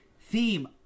theme